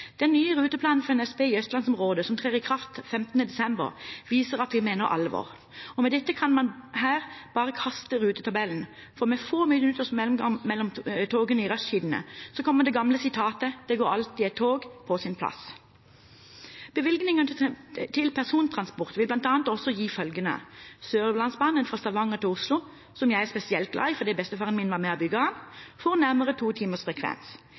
Den nye ruteplanen for NSB i østlandsområdet som trer i kraft 15. desember, viser at vi mener alvor. Med dette kan man bare kaste rutetabellen, for med få minutter mellom togavgangene i rushtiden kommer det gamle sitatet «det går alltid et tog» på sin plass. Bevilgninger til persontransport vil bl.a. også føre til følgende: Sørlandsbanen fra Stavanger til Oslo, som jeg er spesielt glad i fordi bestefaren min var med